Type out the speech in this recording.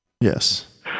Yes